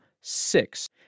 Six